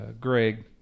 Greg